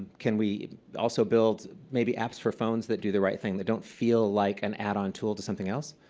can we also build maybe apps for phones that do the right thing, that don't feel like an add-on tool to something else?